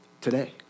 today